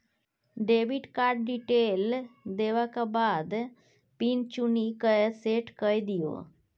debit card detail देबाक बाद pin चुनि कए सेट कए दियौ